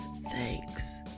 thanks